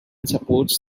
supports